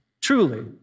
Truly